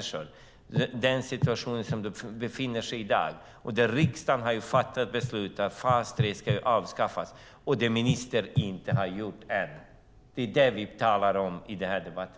sig i, den situation som levande människor befinner sig i. Riksdagen har fattat beslut om att fas 3 ska avskaffas, och ministern har inte gjort det. Det är det vi talar om i den här debatten.